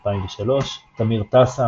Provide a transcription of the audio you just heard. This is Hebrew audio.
2003. תמיר טסה,